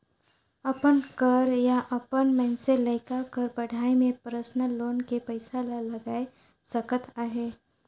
अपन कर या अपन मइनसे लइका कर पढ़ई में परसनल लोन के पइसा ला लगाए सकत अहे